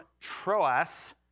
Troas